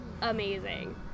amazing